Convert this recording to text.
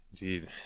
Indeed